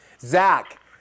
Zach